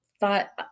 thought